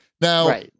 Now